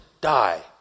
die